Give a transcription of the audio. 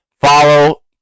follow